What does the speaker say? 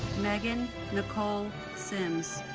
megan nicole simms